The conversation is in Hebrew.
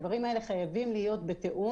הדברים האלה חייבים להיות בתיאום.